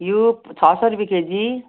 घिउ छ सय रुप्पे केजी